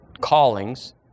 callings